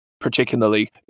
particularly